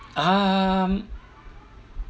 um